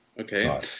Okay